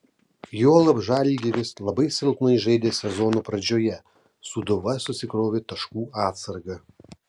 juolab žalgiris labai silpnai žaidė sezono pradžioje sūduva susikrovė taškų atsargą